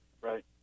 Right